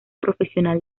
profesional